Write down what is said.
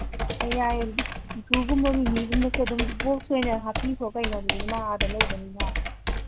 ꯍꯣꯏ ꯌꯥꯏꯌꯦ ꯑꯗꯗꯤ ꯀꯤꯀ꯭ꯔꯨꯒꯨꯝꯕ ꯃꯤꯃꯤꯒꯨꯝꯕꯁꯨ ꯑꯗꯨꯝ ꯕꯣꯛꯁ ꯑꯣꯏꯅ ꯍꯥꯞꯄꯤꯈ꯭ꯔꯣ ꯀꯩꯅꯣ ꯑꯗꯨꯗꯤ ꯃꯥ ꯑꯥꯗ ꯂꯩꯕꯅꯤꯅ